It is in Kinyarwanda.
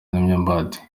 n’imyumbati